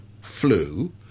flu